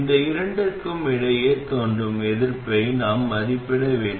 இந்த இரண்டுக்கும் இடையே தோன்றும் எதிர்ப்பை நாம் மதிப்பிட வேண்டும்